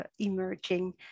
emerging